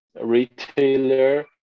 retailer